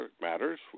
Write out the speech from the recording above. matters